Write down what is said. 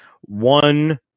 one